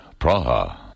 Praha. (